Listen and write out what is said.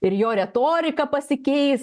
ir jo retorika pasikeis